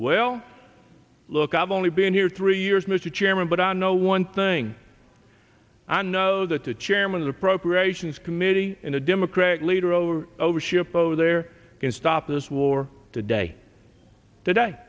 well look i've only been here three years mr chairman but i know one thing i know that the chairman's appropriations committee in a democratic leader over over ship over there can stop this war today today